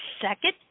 second